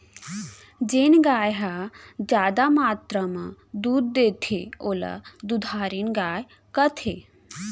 जेन गाय ह जादा मातरा म दूद देथे ओला दुधारिन गाय कथें